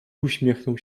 uśmiechnął